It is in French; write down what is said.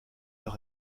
leur